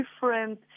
different